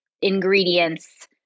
ingredients